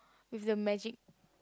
with the magic